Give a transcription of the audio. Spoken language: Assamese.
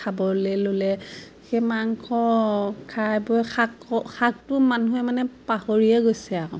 খাবলৈ ল'লে সেই মাংস খাই বৈ শাক শাকটো মানুহে মানে পাহৰিয়ে গৈছে আৰু